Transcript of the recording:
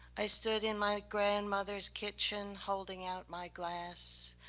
i stood in my grandmother's kitchen holding out my glass,